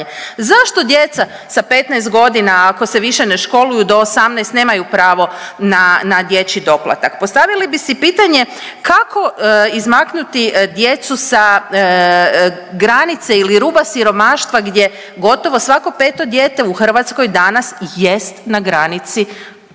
zašto djeca sa 15 godina ako se više ne školuju do 18 nemaju pravo na dječji doplatak? Postavili bi si pitanje, kako izmaknuti djecu sa granice ili ruba siromaštva gdje gotovo svako peto dijete u Hrvatskoj danas je na granici koja